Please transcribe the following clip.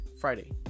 friday